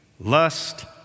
lust